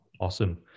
Awesome